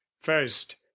first